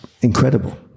incredible